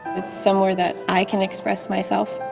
it's somewhere that i can express myself.